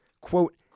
quote